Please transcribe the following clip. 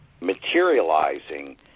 materializing